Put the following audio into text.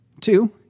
Two